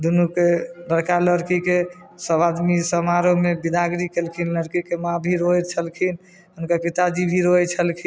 दुनूके लड़का लड़कीके सब आदमी समारोहमे बिदागरी केलखिन लड़कीके माँ भी रोयै छलखिन हुनकर पिताजी भी रोयै छलखिन